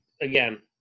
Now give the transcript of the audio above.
again